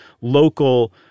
local